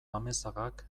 amezagak